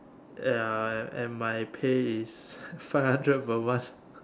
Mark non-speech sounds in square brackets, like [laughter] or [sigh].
ya and and my pay is [laughs] five hundred per month